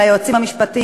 ליועצים המשפטיים,